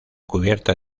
cubierta